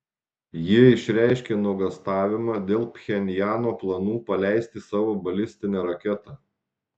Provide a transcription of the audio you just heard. jie išreiškė nuogąstavimą dėl pchenjano planų paleisti savo balistinę raketą